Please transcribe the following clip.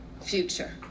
future